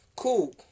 cool